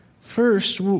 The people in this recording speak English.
First